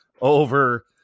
over